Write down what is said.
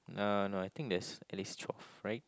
nah no I think there's at least twelve right